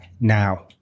now